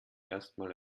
erstmal